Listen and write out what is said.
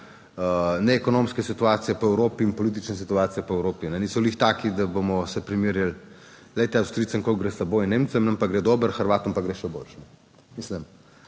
ne ekonomske situacije po Evropi in politične situacije po Evropi, niso glih taki, da bomo se primerjali, glejte, Avstrijcem koliko gre slabo in Nemcem, nam pa gre dobro, Hrvatom pa gre še boljše. Mislim,